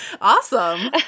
Awesome